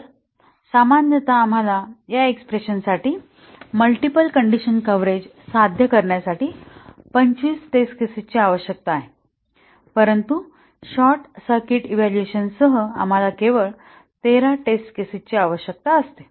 तर सामान्यत आम्हाला या एक्स्प्रेशन साठी मल्टिपल कंडीशन कव्हरेज साध्य करण्यासाठी 25 टेस्ट केसेस ची आवश्यकता असते परंतु शॉर्ट सर्किट इव्हॅल्युएशन सह आम्हाला केवळ 13 टेस्ट केसेस ची आवश्यकता असते